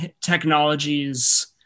technologies